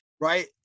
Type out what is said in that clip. right